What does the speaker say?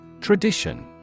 Tradition